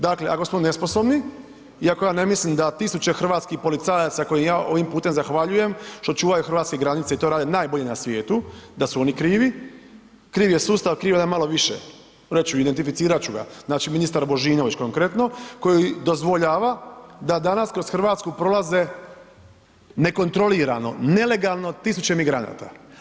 Dakle, ako smo nesposobni, iako ja ne mislim da tisuće hrvatskih policajaca kojima ja ovim putem zahvaljujem što čuvaju hrvatske granice i to rade najbolje na svijetu da su oni krivi, krivi je sustav, krivi je onaj malo više, reći ću, idenitificirati ću ga, znači ministar Božinović, konkretno koji dozvoljava da danas kroz Hrvatsku prolaze nekontrolirano nelegalno tisuće migranata.